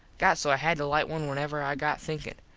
got so i had to lite one whenever i got thinkin.